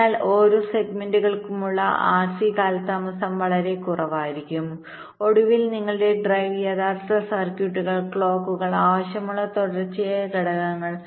അതിനാൽ ഓരോ സെഗ്മെന്റുകൾക്കുമുള്ള ആർസികാലതാമസം വളരെ കുറവായിരിക്കും ഒടുവിൽ നിങ്ങളുടെ ഡ്രൈവ് യഥാർത്ഥ സർക്യൂട്ടുകൾ ക്ലോക്കുകൾ ആവശ്യമുള്ള തുടർച്ചയായ ഘടകങ്ങൾ